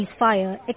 ceasefire